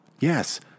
Yes